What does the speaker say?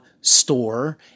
store